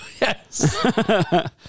Yes